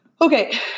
Okay